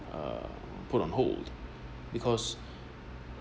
uh put on hold because